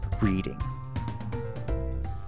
reading